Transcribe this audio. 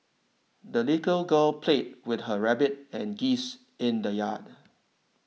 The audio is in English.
the little girl played with her rabbit and geese in the yard